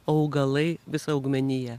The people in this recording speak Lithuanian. augalai visa augmenija